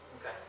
Okay